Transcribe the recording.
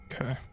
Okay